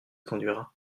conduira